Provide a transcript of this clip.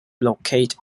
located